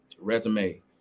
resume